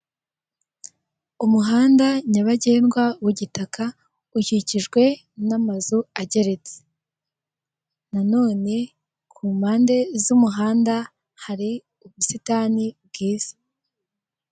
Umuhanda nyabagendwa w'igitaka ukikijwe n'amazu ageretse na none ku mpande z'umuhanda hari ubusitani bwiza.